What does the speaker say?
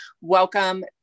Welcome